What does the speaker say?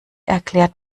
erklärt